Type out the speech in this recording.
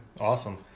Awesome